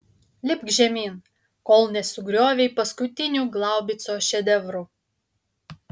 lipk žemyn kol nesugriovei paskutinių glaubico šedevrų